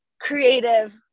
creative